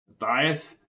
Matthias